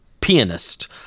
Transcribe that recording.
pianist